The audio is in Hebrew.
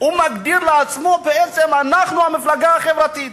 הוא מגדיר לעצמו: בעצם, אנחנו המפלגה החברתית.